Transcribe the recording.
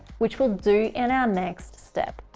which will do in our next step.